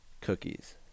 cookies